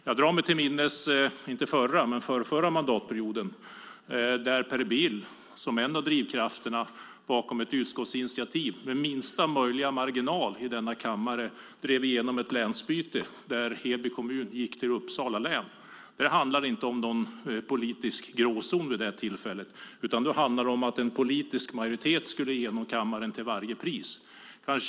Jag drar mig till minnes att Per Bill under den förrförra mandatperioden var en av drivkrafterna bakom ett utskottsinitiativ då man med minsta möjliga marginal i denna kammare drev igenom ett länsbyte, och Heby kommun överfördes till Uppsala län. Det handlade vid detta tillfälle inte om någon politisk gråzon, utan det handlade om att man till varje pris skulle få en politisk majoritet för detta förslag i kammaren.